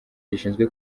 gishinzwe